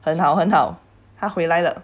很好很好他回来了